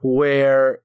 where-